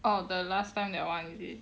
oh the last time that one is it